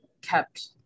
kept